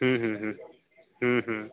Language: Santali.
ᱦᱮᱸ ᱦᱮᱸ ᱦᱮᱸ ᱦᱮᱸ